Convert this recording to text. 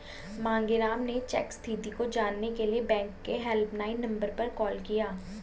मांगेराम ने चेक स्थिति को जानने के लिए बैंक के हेल्पलाइन नंबर पर कॉल किया